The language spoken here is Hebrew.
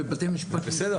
בבתי משפט מקבלים --- בסדר,